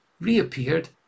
Reappeared